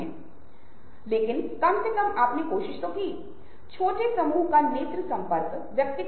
इसलिए जो कुछ भी हम अपने आस पास देखते हैं किसी और ने बनाया है